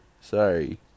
sorry